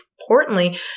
importantly